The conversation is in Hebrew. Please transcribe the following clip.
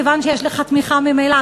כיוון שיש לך תמיכה ממילא,